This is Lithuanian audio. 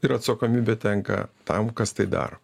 ir atsakomybė tenka tam kas tai daro